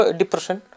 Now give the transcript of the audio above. depression